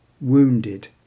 wounded